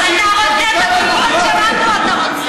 את הגופות שלנו אתה רוצה.